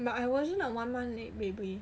but I wasn't a one month late baby